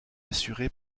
assuré